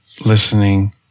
listening